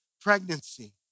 pregnancy